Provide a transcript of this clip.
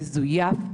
מזויף,